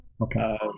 okay